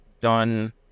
done